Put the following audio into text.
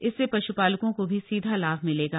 इससे पश्पालकों क भी सीधा लाभ मिलेगा